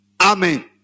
amen